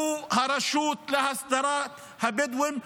היא הרשות להסדרת הבדואים,